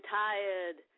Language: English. tired